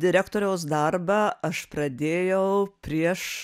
direktoriaus darbą aš pradėjau prieš